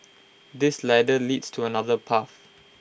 this ladder leads to another path